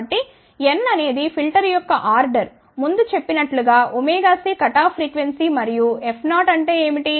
కాబట్టి n అనేది filter యొక్క ఆర్డర్ ముందు చెప్పినట్లు గా c కటాఫ్ ఫ్రీక్వెన్సీ మరియు F0అంటే ఏమిటి